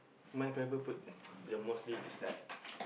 my favourite food is the mostly is like